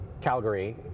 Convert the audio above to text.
Calgary